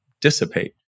dissipate